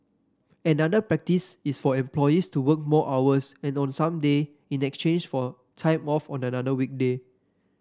another practice is for employees to work more hours and on some day in exchange for time off on another weekday